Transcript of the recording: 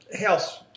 house